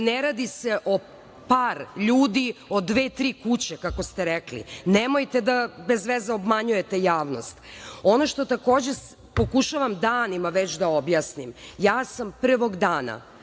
ne radi se o par ljudi, o dve, tri kuće, kako ste rekli. Nemojte da bez veze obmanjujete javnost. Ono što takođe pokušavam danima već da objasnim, ja sam prvog dana